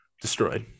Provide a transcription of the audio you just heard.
destroyed